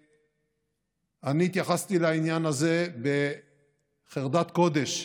אני התייחסתי לעניין הזה בחרדת קודש.